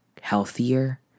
healthier